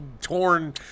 torn